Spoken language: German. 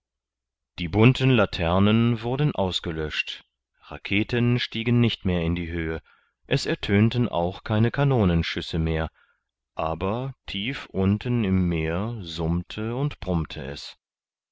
die bunten laternen wurden ausgelöscht raketen stiegen nicht mehr in die höhe es ertönten auch keine kanonenschüsse mehr aber tief unten im meer summte und brummte es